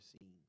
seen